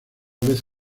vez